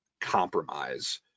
compromise